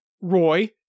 Roy